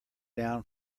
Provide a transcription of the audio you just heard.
down